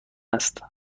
است